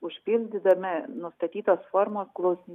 užpildydami nustatytos formos klausim